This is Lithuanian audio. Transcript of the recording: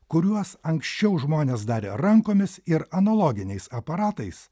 kuriuos anksčiau žmonės darė rankomis ir analoginiais aparatais